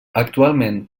actualment